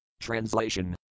Translation